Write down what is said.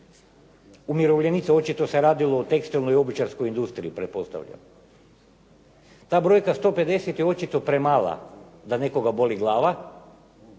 umirovljenica, očito se radilo o tekstilnoj i obućarskoj industriji pretpostavljam. Ta brojka 150 je očito premala da nekoga boli glava